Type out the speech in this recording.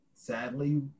Sadly